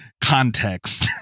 Context